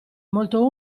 molto